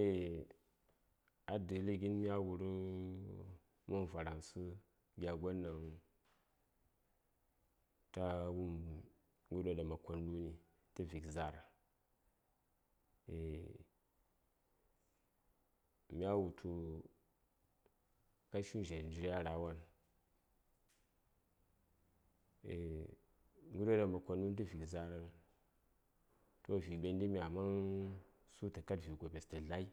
Eah a dəli gin mya wuru mənvaraŋsə wopm gya gon ɗaŋ ta wum ghənyo ɗaŋ ma kon ɗuni tə vik za:r eah mya wutu ka shin dzha njyiri a ra wan eh ghənyo ɗaŋ ma kon dun tə vik za:r toh vi ɓendəmi a man su tə kad vi gopes tə dlai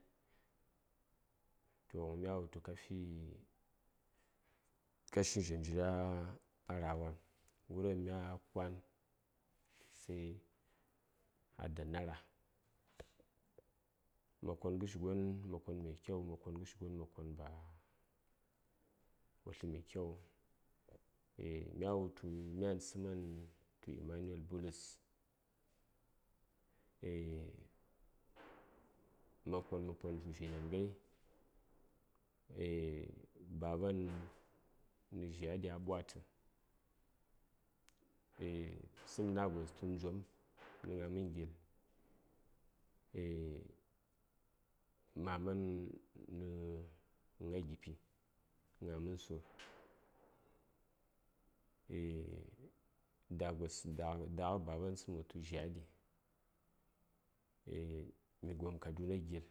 toh gjhən mya wutu ka fi ka shin dzha njiri a ra wan ghənyo ɗaŋ mya kwan sai a danna ra ma kon ghəshigon ma kon mai kyau ma kon ghashi gon ba wo tlə mai kyawuŋ eah mya wutu myan suman tu emmanuel bulus ma kon tə vinan ghai eah baban nə dzhaɗi a ɓwatə eah sum nagos tu njwom nə gna mən gil eah maman nə gna gipi gna mən sur eah dagos daghə baban sum wos tu dzhaɗi eh mi gom kaduna gil.